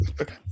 Okay